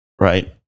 right